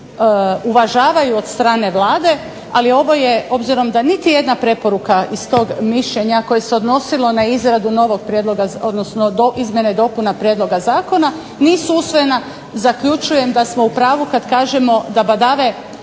uvažavaju od strane Vlade. Ali ovo je, obzirom da niti jedna preporuka iz tog mišljenja koje se odnosilo na izradu novog prijedloga, odnosno izmjena i dopuna prijedloga zakona nisu usvojena zaključujem da smo u pravu kad kažemo da badave